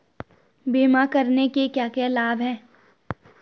बीमा करने के क्या क्या लाभ हैं?